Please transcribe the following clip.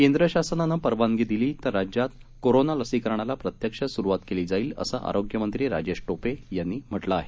केंद्रशासनानंपरवानगीदिली तरराज्यातकोरोनालसीकरणालाप्रत्यक्षस्रुवातकेलीजाईल असंआरोग्यमंत्रीराजेशटोपेयांनीम्हटलंआहे